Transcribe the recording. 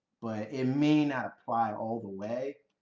but it may not apply all the way,